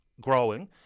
growing